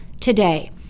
today